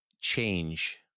change